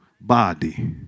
body